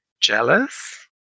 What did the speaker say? jealous